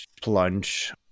plunge